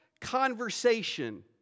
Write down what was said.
conversation